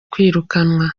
kwirukanwa